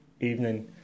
evening